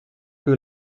que